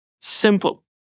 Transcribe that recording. simple